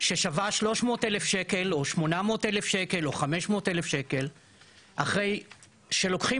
ששווה 300,000 או 800,000 או 500,000 אחרי שלוקחים